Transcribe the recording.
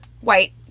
white